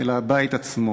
אלא הבית עצמו.